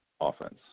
offense